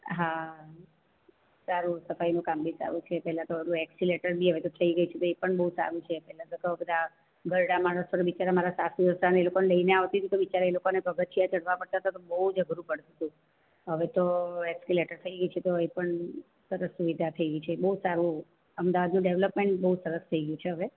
હા સારું સફાઈનું કામ બી સારું છે પહેલાં તો બધું એસ્કેલેટર બી હવે થઈ ગઈ છે એ પણ બહું સારું છે પહેલાં તો બધાં ઘરડાં માણસોને બિચારા મારા સાસુ સસરાને એ લોકોને લઈને આવતી તો બિચારાને એ લોકોને પગથિયાં ચડવા પડતાં તો બહુ જ અધરું પડતુ હતું હવે તો એસ્કેલેટર થઈ ગઈ છે તો એ પણ સરસ સુવિધા થઈ ગઈ છે બહુ સારું અમદાવાદનું ડેવલોપમેન્ટ બહુ સરસ થઈ ગયું છે હવે